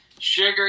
Sugar